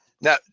Now